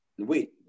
wait